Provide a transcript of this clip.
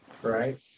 Right